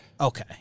Okay